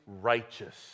righteous